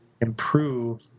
improve